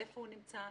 איפה הוא נמצא,